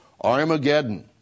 Armageddon